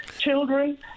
Children